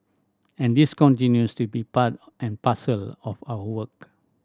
and this continues to be part and parcel of our work